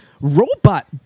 robot